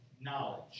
knowledge